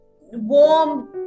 warm